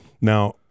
Now